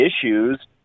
issues